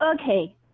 Okay